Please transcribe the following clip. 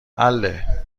حله